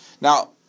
Now